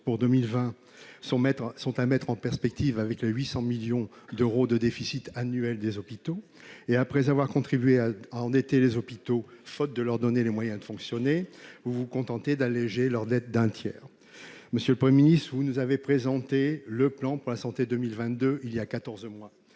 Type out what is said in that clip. pour 2020 sont à mettre en perspective avec les 800 millions d'euros de déficit annuel des hôpitaux. Après avoir contribué à endetter les hôpitaux, faute de leur donner les moyens de fonctionner, vous vous contentez d'alléger leur dette d'un tiers. Monsieur le Premier ministre, vous nous avez présenté le plan « Ma santé 2022 » il y a quatorze